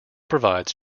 provides